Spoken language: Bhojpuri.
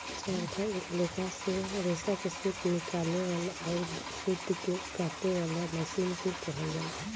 चरखा एक लेखा के रेसा से सूत निकाले वाला अउर सूत के काते वाला मशीन के कहल जाला